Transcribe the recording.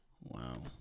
Wow